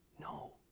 No